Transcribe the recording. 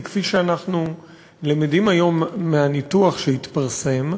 כי כפי שאנחנו למדים היום מהניתוח שהתפרסם,